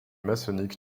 maçonnique